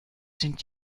sind